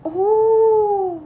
oh